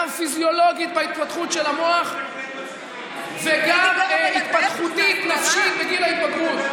פיזיולוגית בהתפתחות של המוח וגם התפתחותית נפשית בגיל ההתבגרות.